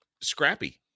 scrappy